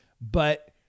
but-